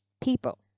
people